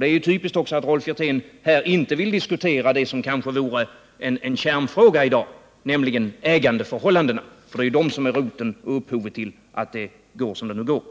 Det är också typiskt att Rolf Wirtén här inte vill diskutera det som kanske vore en kärnfråga i dag, nämligen ägandeförhållandena. Det är ju de som är roten och upphovet till att det går som det går.